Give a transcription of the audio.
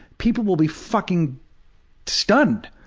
people will be fucking stunned.